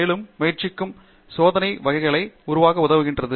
மேலும் முயற்சிக்கும் சோதனை வகைகளை உருவாக்க உதவுகிறது